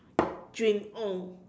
dream on